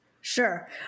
Sure